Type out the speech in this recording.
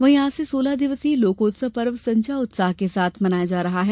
वहीं आज से सोलह दिवसीय लोकोत्सव पर्व संजा उत्साह के साथ मनाया जा रहा है